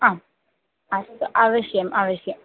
आम् अस्तु अवश्यम् अवश्यम्